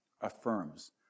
affirms